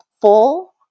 full